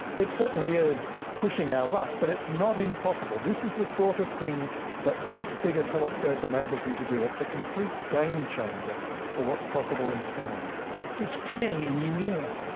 it certainly is pushing our luck but it's not impossible. this is the sort of thing that this bigger telescope enables you to do it. it's a complete game changer for what's possible in astronomy. yeah it's it's clearly a new era.